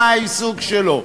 מה העיסוק שלו,